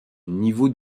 niveau